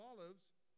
Olives